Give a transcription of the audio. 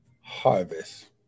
Harvest